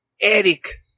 Eric